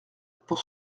pour